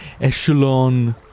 echelon